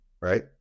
right